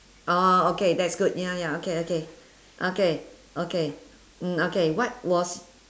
orh okay that's good ya ya okay okay okay okay mm okay what was